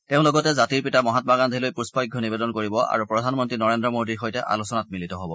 তেওঁ লগতে জাতিৰ পিতা মহামা গান্ধীলৈ পুষ্পাঘ্য নিৱেদন কৰিব আৰু প্ৰধানমন্ত্ৰী নৰেন্দ্ৰ মোডীৰ সৈতে আলোচনাত মিলিত হ'ব